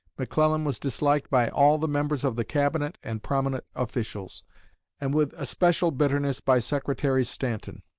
mcclellan was disliked by all the members of the cabinet and prominent officials and with especial bitterness by secretary stanton.